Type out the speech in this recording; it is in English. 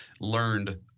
learned